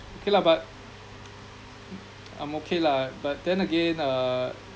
okay lah but I'm okay lah but then again uh